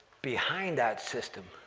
behind that system,